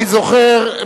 אני זוכר,